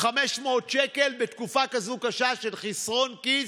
500 שקל, בתקופה כזו קשה של חסרון כיס,